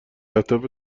اهداف